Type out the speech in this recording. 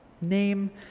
Name